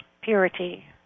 purity